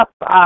up